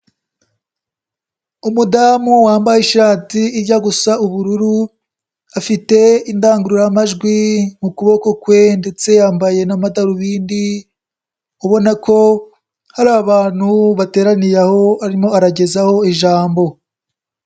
Umudamu wambaye ishati ijya gusa ubururu, afite indangururamajwi mu kuboko kwe ndetse yambaye n'amadarubindi, ubona ko hari abantu bateraniye aho arimo aragezaho ijambo.